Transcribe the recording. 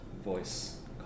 voice